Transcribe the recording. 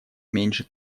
меньше